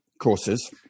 courses